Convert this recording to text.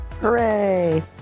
Hooray